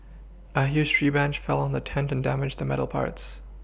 a huge tree branch fell on the tent and damaged the metal parts